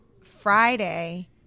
Friday